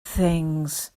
things